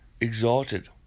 exalted